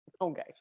Okay